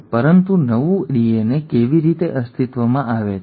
પરંતુ નવું ડીએનએ કેવી રીતે અસ્તિત્વમાં આવે છે